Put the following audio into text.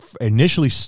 initially